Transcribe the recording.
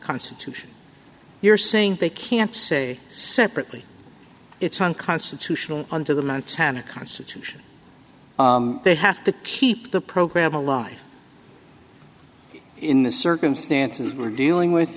constitution you're saying they can't say separately it's unconstitutional under the montana constitution they have to keep the program a life in the circumstances were dealing with